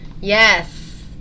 Yes